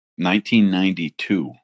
1992